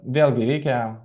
vėlgi reikia